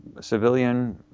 civilian